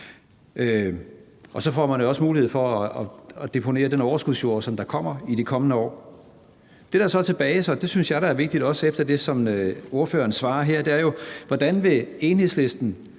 Og så får man jo også mulighed for at deponere den overskudsjord, der kommer i de kommende år. Det, der er tilbage – det synes jeg da er vigtigt, også efter det, som ordføreren svarer her – er jo: Hvordan vil Enhedslisten